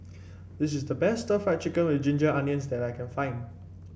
this is the best Stir Fried Chicken with Ginger Onions that I can find